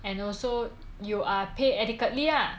and also you are paid adequately lah